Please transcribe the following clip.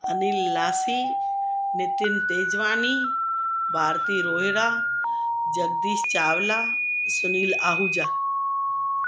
Anil Lasi Nitin Tejwani Bharti Rohira Jagdish Chawla Sunil Ahuja